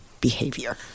behavior